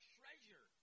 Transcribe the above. treasure